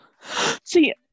see